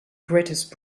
greatest